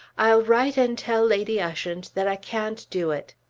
i'll write and tell lady ushant that i can't do it.